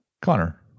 Connor